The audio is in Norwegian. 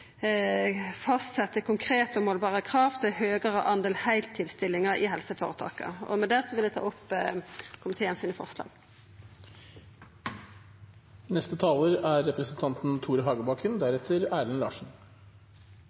konkrete og målbare krav til ein høgare del heiltidsstillingar i helseføretaka. Med det vil eg anbefala komiteen sine forslag